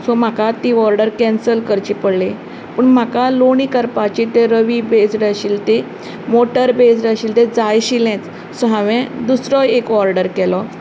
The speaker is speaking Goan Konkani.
सो म्हाका ती ऑर्डर केन्सल करची पडली पूण म्हाका लोणी करपाची तें रवी बेज्ड आशिल्ली ती मोटर बेज्ड आशिल्लें तें जाय आशिल्लेंच सो हांवे दुसरो एक ऑर्डर केलो